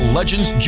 Legends